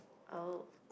oh